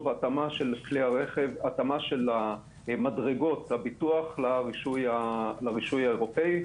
התאמה של מדרגות הביטוח לרישוי האירופאי,